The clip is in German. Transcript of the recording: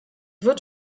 wird